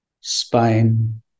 spine